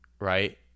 right